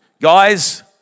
guys